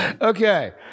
Okay